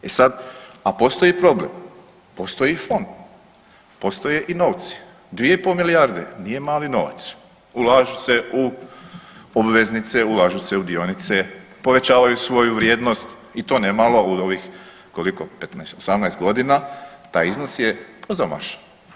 E sad, a postoji problem, postoji fond, postoje i novci, 2,5 milijarde nije mali novac, ulažu se u obveznice, ulažu se u dionice, povećavaju svoju vrijednost i to nemalo u ovih koliko 15, 18 godina taj iznos je pozamašan.